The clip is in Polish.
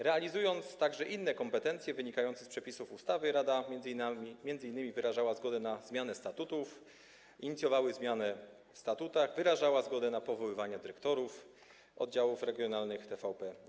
Realizując także inne kompetencje wynikające z przepisów ustawy, rada m.in. wyrażała zgodę na zmianę statutów, inicjowała zmianę w statutach, wyrażała zgodę na powoływanie dyrektorów oddziałów regionalnych TVP.